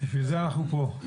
בשביל זה אנחנו פה.